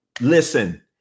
listen